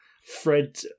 fred